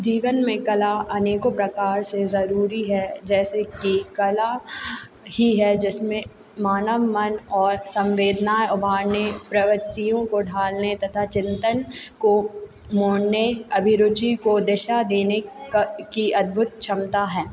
जीवन में कला अनेकों प्रकार से जरुरी है जैसे कि कला ही है जिसमें मानव मन और संवेदना वाले प्रवित्तियों को ढालने तथा चिंतन को मोड़ने अभिरुचि को दिशा देने का की अद्भुत क्षमता है